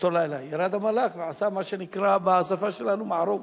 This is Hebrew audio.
באותו לילה ירד המלאך ועשה מה שנקרא בשפה שלנו "מערוף"